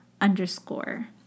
underscore